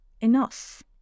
enough